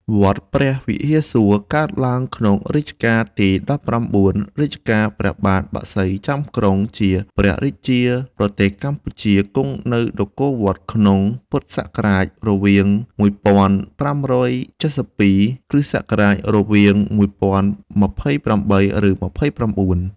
វត្តព្រះវិហារសួរ កើតឡើងក្នុង រជ្ជកាលទី១៩ រជ្ជកាលព្រះបាទបក្សីចាំក្រុង ជាព្រះរាជាប្រទេសកម្ពុជា គង់នៅនគរវត្ត ក្នុងព.សរវាង១៥៧២ គ.សរវាង១០២៨ ឬ២៩។